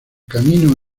camino